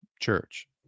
church